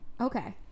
Okay